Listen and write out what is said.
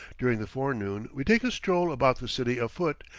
during the forenoon we take a stroll about the city afoot,